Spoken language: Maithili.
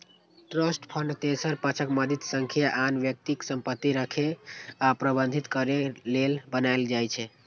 ट्रस्ट फंड तेसर पक्षक मदति सं आन व्यक्तिक संपत्ति राखै आ प्रबंधित करै लेल बनाएल जाइ छै